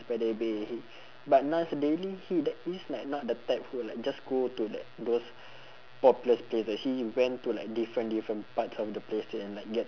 by the bay but nas daily he tha~ is like not the type who like just go to like those popular place ah he he went to like different different parts of the place and like get